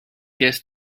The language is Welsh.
ges